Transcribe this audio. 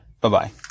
Bye-bye